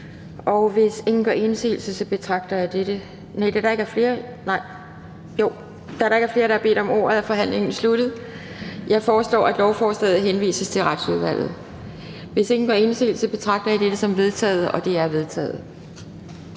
Hvis ingen gør indsigelse, betragter jeg det som vedtaget. Det er vedtaget.